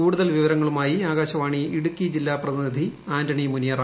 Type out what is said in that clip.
കൂടുതൽ വിവരങ്ങളുമായി ആകാശവാണി ഇടുക്കി ജില്ലാ പ്രതിനിധി ആന്റണി മുനിയറ